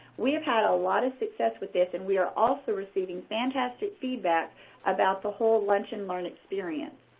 we have had a lot of success with this, and we are also receiving fantastic feedback about the whole lunch-and-learn experience.